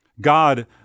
God